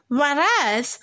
whereas